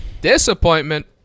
Disappointment